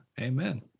Amen